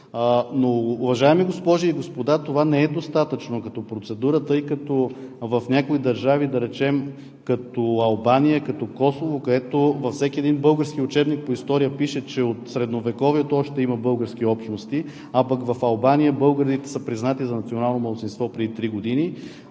Но, уважаеми госпожи и господа, това не е достатъчно като процедура, тъй като в някои държави като Албания, като Косово, за които във всеки един български учебник по история пише, че още от Средновековието има български общности, а в Албания българите са признати за национално малцинство преди три години,